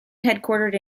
headquartered